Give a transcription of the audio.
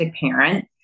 parent